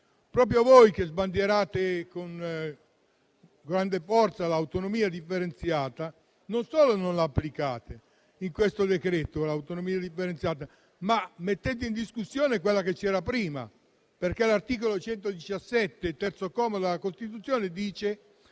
Proprio voi, che sbandierate con grande forza l'autonomia differenziata, non solo non l'applicate in questo decreto-legge, ma mettete in discussione quella che c'era prima, perché l'articolo 117, terzo comma, della Costituzione dice